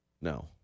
No